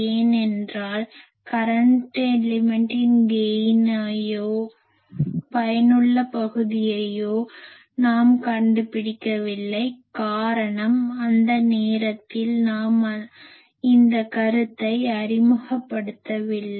ஏனென்றால் கரன்ட் எலிமென்ட்டின் கெய்னையோ பயனுள்ள பகுதியையோ நாம் கண்டுபிடிக்கவில்லை காரணம் அந்த நேரத்தில் நாம் இந்த கருத்தை அறிமுகப்படுத்தவில்லை